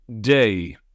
day